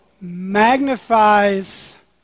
magnifies